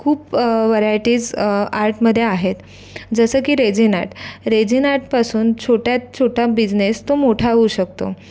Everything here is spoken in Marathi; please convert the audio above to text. खूप व्हरायटीज आर्टमध्ये आहेत जसं की रेझीन आर्ट रेझीन आर्टपासून छोट्यात छोट्या बिजनेस तो मोठा होऊ शकतो